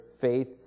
faith